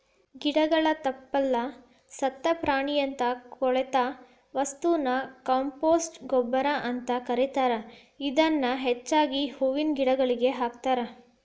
ಗಿಡಗಳ ತಪ್ಪಲ, ಸತ್ತ ಪ್ರಾಣಿಯಂತ ಕೊಳೆತ ವಸ್ತುನ ಕಾಂಪೋಸ್ಟ್ ಗೊಬ್ಬರ ಅಂತ ಕರೇತಾರ, ಇದನ್ನ ಹೆಚ್ಚಾಗಿ ಹೂವಿನ ಗಿಡಗಳಿಗೆ ಹಾಕ್ತಾರ